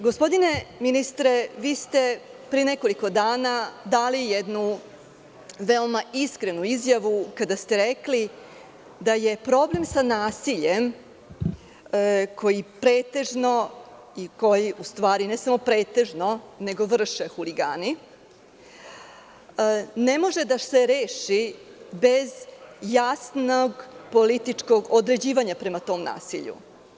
Gospodine ministre, vi ste pre nekoliko dana dali jednu veoma iskrenu izjavu kada ste rekli da je problem sa nasiljem koji pretežno i koji u stvari, ne samo pretežno, nego vrše huligani, ne može da se reši bez jasnog političkog određivanja prema tom nasilju.